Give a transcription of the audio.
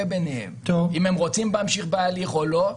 ביניהם אם הם רוצים להמשיך בהליך או לא.